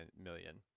million